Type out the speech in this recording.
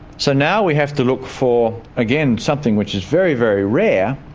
so now we have to look for, again, something which is very, very rare,